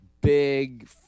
big